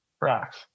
Rocks